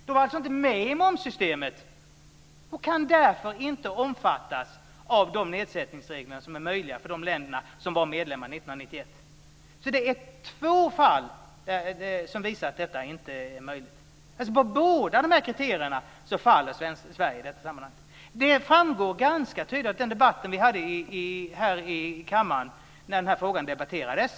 Vi var alltså inte med i momssystemet och kan därför inte omfattas av de nedsättningsregler som gör detta möjligt för de länder som var medlemmar Det är alltså två fall som visar att det här inte är möjligt. På båda kriterierna faller Sverige i sammanhanget. Det framgår ganska tydligt av den debatt som vi hade här i kammaren när frågan debatterades.